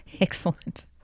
Excellent